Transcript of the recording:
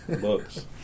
books